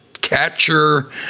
catcher